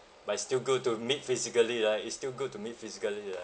but it's still good to meet physically right it's still good to meet physically right